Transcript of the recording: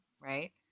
Right